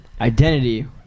Identity